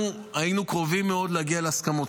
אנחנו היינו קרובים מאוד להגיע להסכמות.